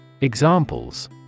Examples